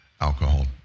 Alcohol